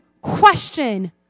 question